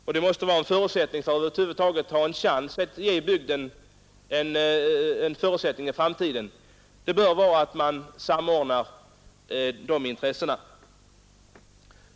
En förutsättning för att bygden över huvud taget skall få en chans i framtiden är att man samordnar intressena.